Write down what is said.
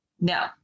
no